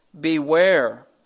Beware